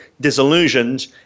disillusioned